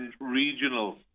regional